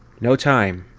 no time,